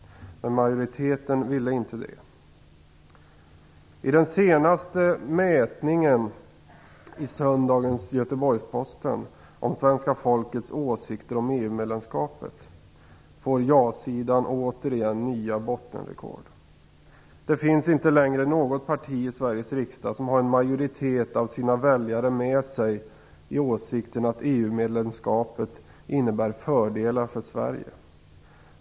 Men majoriteten ville inte det. medlemskapet får ja-sidan återigen nya bottenrekord. Det finns inte längre något parti i Sveriges riksdag som har en majoritet av sina väljare med sig i åsikten att EU-medlemskapet innebär fördelar för Sverige.